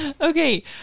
Okay